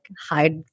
hide